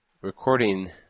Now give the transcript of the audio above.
recording